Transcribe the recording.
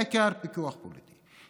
בעיקר פיקוח פוליטי,